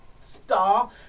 Star